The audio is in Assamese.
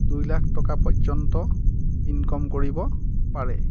দুই লাখ টকা পৰ্যন্ত ইনকম কৰিব পাৰে